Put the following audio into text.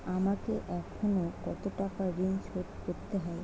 আমাকে এখনো কত টাকা ঋণ শোধ করতে হবে?